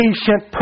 patient